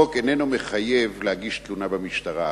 החוק איננו מחייב להגיש תלונה במשטרה.